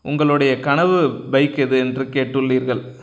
உங்களுடைய கனவு பைக் எது என்று கேட்டுள்ளீர்கள்